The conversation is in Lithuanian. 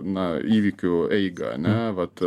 na įvykių eigą ane vat